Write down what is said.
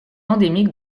endémique